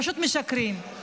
פשוט משקרים.